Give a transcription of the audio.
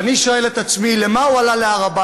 ואני שואל את עצמי, למה הוא עלה להר-הבית?